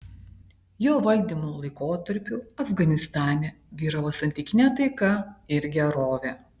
jo valdymo laikotarpiu afganistane vyravo santykinė taika ir gerovė